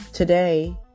Today